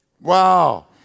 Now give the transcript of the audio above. Wow